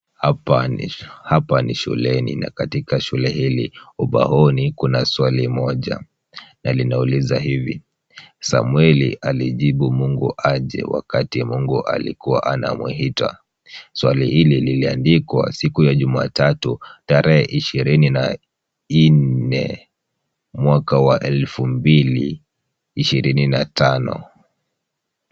Hapa ni shuleni na katika shule hili ubaoni kuna swali moja na linauliza hivi. Samweli alijibu Mungu aje wakati Mungu alikua anamuita?. Swali hili liliandikwa siku ya jumatatu tarehe ishirini nne mwaka wa elfu mbili ishirini na tano.